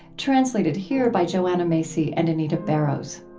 translated here by joanna macy and anita barrows